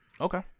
okay